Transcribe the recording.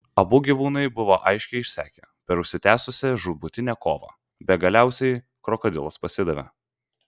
abu gyvūnai buvo aiškiai išsekę per užsitęsusią žūtbūtinę kovą be galiausiai krokodilas pasidavė